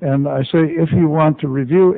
and i say if you want to review